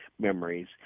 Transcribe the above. memories